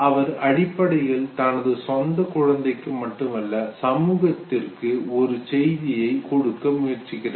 அவர் அடிப்படையில் தனது சொந்த குழந்தைக்கு மட்டுமல்ல சமூகத்திற்கு ஒரு செய்தியை கொடுக்க முயற்சிக்கிறார்